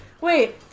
wait